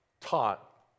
taught